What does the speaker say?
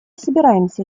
собираемся